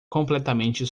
completamente